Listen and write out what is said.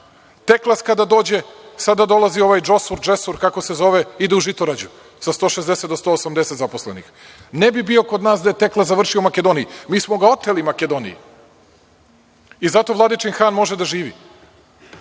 „Teklas“ kada dođe, sada dolazi ovaj „Džosur“, „Džesur“, kako se zove, ide u Žitorađu sa 160 do 180 zaposlenih. Ne bi bio kod nas da je „Teklas“ završio u Makedoniji. Mi smo ga oteli Makedoniji. Zato Vladičin Han može da živi.